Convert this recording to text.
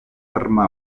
arma